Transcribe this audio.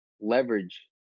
leverage